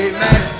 Amen